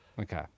okay